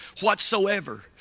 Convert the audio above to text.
whatsoever